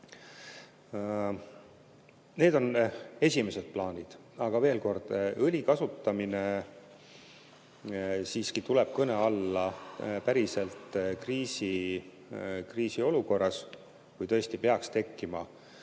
Need on esialgsed plaanid, aga veel kord: õli kasutamine tuleb kõne alla päriselt siiski kriisiolukorras, kui tõesti peaks tekkima